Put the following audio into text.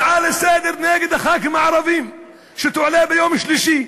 הצעה לסדר-היום נגד חברי הכנסת הערבים שתועלה ביום שלישי,